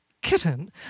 Kitten